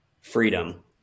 freedom